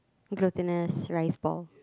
glutinous rice ball